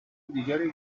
دیگری